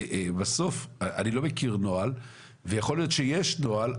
בסוף, אני לא מכיר נוהל ויכול להיות שיש נוהל.